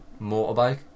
motorbike